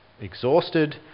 exhausted